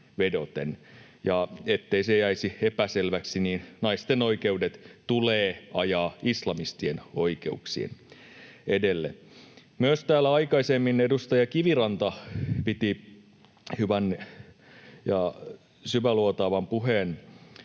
Ja ettei se jäisi epäselväksi, niin naisten oikeuksien tulee ajaa islamistien oikeuksien edelle. Täällä aikaisemmin myös edustaja Kiviranta piti hyvän ja syväluotaavan puheen